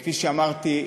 כפי שאמרתי,